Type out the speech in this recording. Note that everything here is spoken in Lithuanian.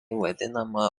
vadinama